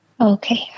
Okay